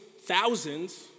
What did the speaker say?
thousands